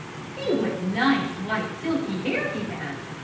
see what nice, white, silky hair he has!